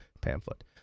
pamphlet